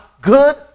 good